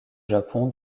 japon